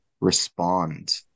respond